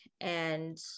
and-